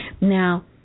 now